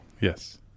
Yes